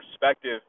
perspective